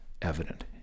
Evident